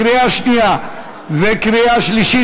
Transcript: קריאה שנייה וקריאה שלישית.